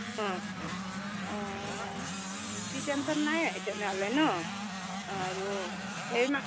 অ' বেছি টেনশ্যন নাই তেনেহ'লে ন আৰু